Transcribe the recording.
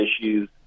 issues